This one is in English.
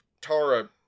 Tara